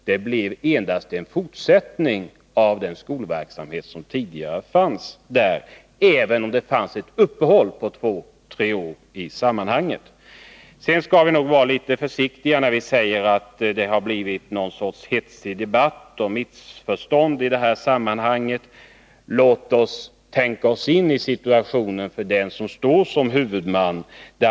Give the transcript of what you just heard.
Det blev endast en fortsättning av den skolverksamhet som tidigare fanns där — även om den gjort ett uppehåll på två tre år. Vi skall vara försiktiga med att säga att det blivit en hetsig debatt och missförstånd i det här sammanhanget. Låt oss verkligen tänka oss in i den situation som gäller för den som står som huvudman.